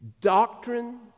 doctrine